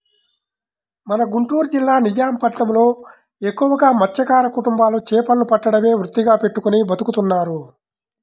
మన గుంటూరు జిల్లా నిజాం పట్నంలో ఎక్కువగా మత్స్యకార కుటుంబాలు చేపలను పట్టడమే వృత్తిగా పెట్టుకుని బతుకుతున్నారు